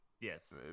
Yes